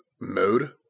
mode